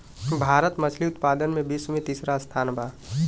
भारत मछली उतपादन में विश्व में तिसरा स्थान पर बा